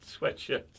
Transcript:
sweatshirt